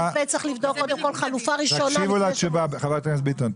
א'-ב' צריך לבדוק קודם כל חלופה ראשונה לפני ש --- חברת הכנסת ביטון,